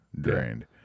drained